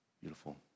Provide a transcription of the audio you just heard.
Beautiful